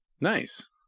Nice